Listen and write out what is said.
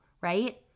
right